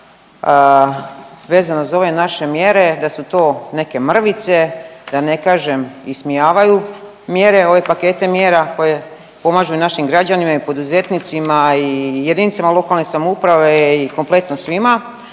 vezano za ove naše mjere da su to neke mrvice, da ne kažem ismijavaju mjere ove pakete mjera koje pomažu i našim građanima, i poduzetnicima, i jedinicama lokalne samouprave i kompletno svima.